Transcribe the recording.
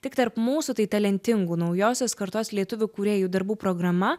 tik tarp mūsų tai talentingų naujosios kartos lietuvių kūrėjų darbų programa